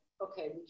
okay